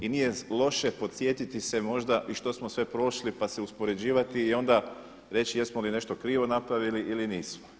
I nije loše podsjetiti se možda i što smo sve prošli pa si uspoređivati i onda reći jesmo li nešto krivo napravili ili nismo.